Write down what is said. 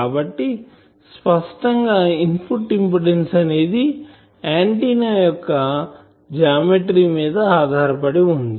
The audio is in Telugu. కాబట్టి స్పష్టం గా ఇన్పుట్ ఇంపిడెన్సు అనేది ఆంటిన్నా యొక్క జామెట్రీ మీద ఆధారపడి వుంది